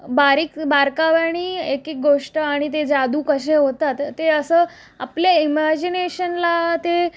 बारीक बारकाव्यानी एकेक गोष्ट आणि ते जादू कसे होतात ते असं आपल्या इमॅजिनेशनला ते